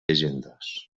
llegendes